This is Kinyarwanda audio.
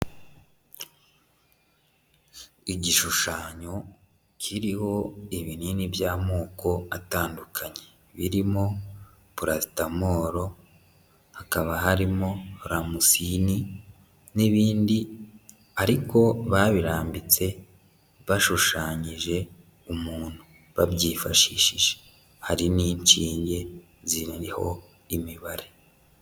Igishushanyo kiriho ibinini by'amoko atandukanye, birimo purasetamoro, hakaba harimo ramusini n'ibindi, ariko babirambitse bashushanyije umuntu babyifashishije, hari n'inshinge ziriho imibare.